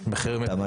נכון?